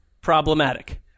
problematic